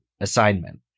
assignment